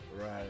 Right